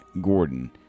Gordon